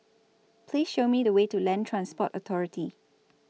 Please Show Me The Way to Land Transport Authority